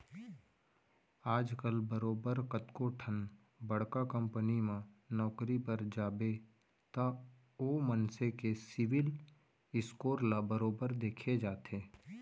आजकल बरोबर कतको ठन बड़का कंपनी म नौकरी बर जाबे त ओ मनसे के सिविल स्कोर ल बरोबर देखे जाथे